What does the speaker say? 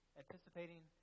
anticipating